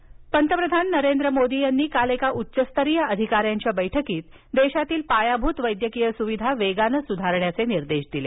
पंतप्रधान बैठक पंतप्रधान नरेंद्र मोदी यांनी काल एका उच्चस्तरीय अधिकाऱ्यांच्या बैठकीत देशातील पायाभूत वैद्यकीय सुविधा वेगाने सुधारण्याचे निर्देश दिले